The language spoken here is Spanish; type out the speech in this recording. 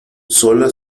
sola